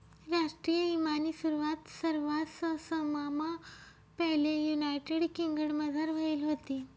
राष्ट्रीय ईमानी सुरवात सरवाससममा पैले युनायटेड किंगडमझार व्हयेल व्हती